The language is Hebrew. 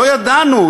לא ידענו,